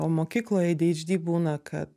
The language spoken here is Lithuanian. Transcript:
o mokykloj adhd būna kad